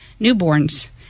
newborns